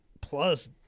plus